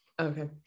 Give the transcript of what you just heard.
Okay